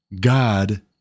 God